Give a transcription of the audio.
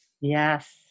Yes